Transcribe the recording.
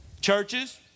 Churches